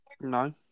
No